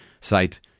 site